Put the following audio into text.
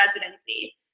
residency